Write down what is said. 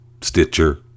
Stitcher